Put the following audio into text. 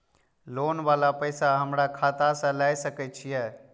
Loan वाला पैसा हमरा खाता से लाय सके छीये?